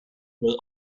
was